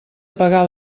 pagar